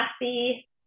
happy